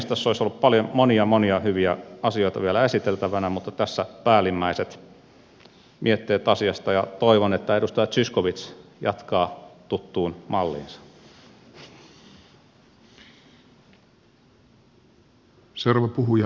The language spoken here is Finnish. tässä olisi ollut paljon monia monia hyviä asioita vielä esiteltävänä mutta tässä päällimmäiset mietteet asiasta ja toivon että edustaja zyskowicz jatkaa tuttuun malliinsa